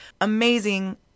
Amazing